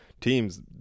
teams